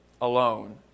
alone